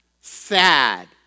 sad